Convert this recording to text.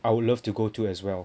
I would love to go to as well